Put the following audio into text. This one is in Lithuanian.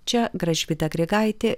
čia gražvyda grigaitė